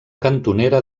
cantonera